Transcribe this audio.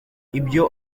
ibyo